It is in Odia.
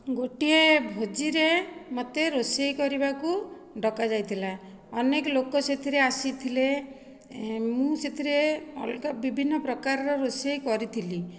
ଗୋଟିଏ ଭୋଜିରେ ମୋତେ ରୋଷେଇ କରିବାକୁ ଡକାଯାଇଥିଲା ଅନେକ ଲୋକ ସେଥିରେ ଆସିଥିଲେ ମୁଁ ସେଥିରେ ଅଲଗା ବିଭିନ୍ନ ପ୍ରକାରର ରୋଷେଇ କରିଥିଲି